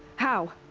how?